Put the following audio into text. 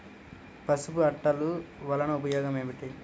పసుపు అట్టలు వలన ఉపయోగం ఏమిటి?